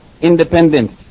independence